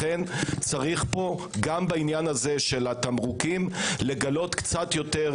לכן צריך גם בעניין הזה של התמרוקים לגלות קצת יותר